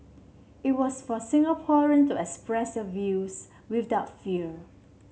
it was for Singaporean to express their views without fear